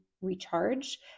recharge